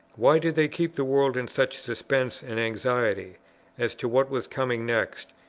why did they keep the world in such suspense and anxiety as to what was coming next,